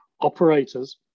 operators